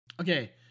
Okay